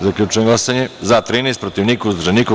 Zaključujem glasanje: za – 13, protiv – niko, uzdržan – niko.